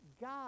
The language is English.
god